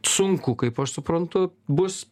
sunku kaip aš suprantu bus